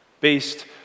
based